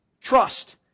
trust